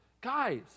Guys